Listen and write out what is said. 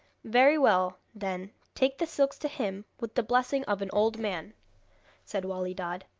very well, then, take the silks to him, with the blessing of an old man said wali dad,